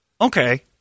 Okay